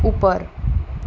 ઉપર